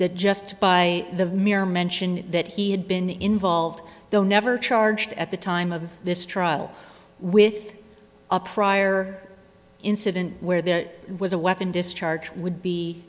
that just by the mere mention that he had been involved though never charged at the time of this trial with a prior incident where there was a weapon discharge would be